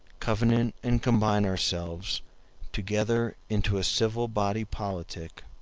covenant and combine ourselves together into a civil body politick,